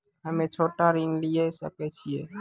हम्मे छोटा ऋण लिये सकय छियै?